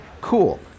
cool